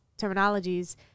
terminologies